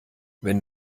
wenn